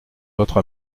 votre